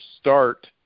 start